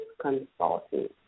consulting